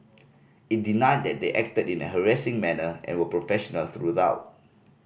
it denied that they acted in a harassing manner and were professional throughout